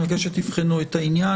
אני מבקש שתבחנו את העניין.